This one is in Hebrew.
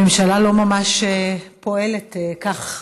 הממשלה לא ממש פועלת כך